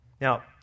Now